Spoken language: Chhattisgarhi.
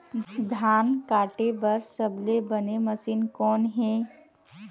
धान काटे बार सबले बने मशीन कोन हे?